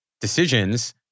decisions